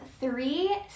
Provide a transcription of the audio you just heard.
three